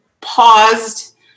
paused